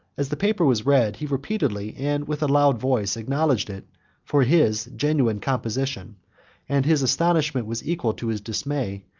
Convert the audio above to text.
as the paper was read, he repeatedly, and with a loud voice, acknowledged it for his genuine composition and his astonishment was equal to his dismay,